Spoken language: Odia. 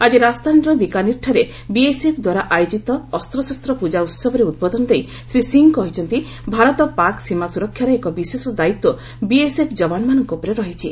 ଆଜି ରାଜସ୍ଥାନର ବିକାନିର୍ଠାରେ ବିଏସ୍ଏଫ୍ଦ୍ୱାରା ଆୟୋଜିତ ଅସ୍ତ୍ରଶସ୍ତ ପ୍ରଜା ଉହବରେ ଉଦ୍ବୋଧନ ଦେଇ ଶ୍ରୀ ସିଂ କହିଛନ୍ତି ଭାରତ ପାକ୍ ସୀମା ସ୍ରରକ୍ଷାର ଏକ ବିଶେଷ ଦାୟିତ୍ୱ ବିଏସ୍ଏଫ୍ ଯବାନମାନଙ୍କ ଉପରେ ରହିଛି